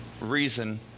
reason